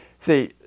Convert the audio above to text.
See